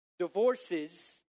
divorces